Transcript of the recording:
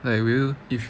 like will you if